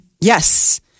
Yes